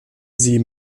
sie